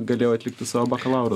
galėjau atlikti savo bakalauro